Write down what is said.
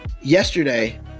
yesterday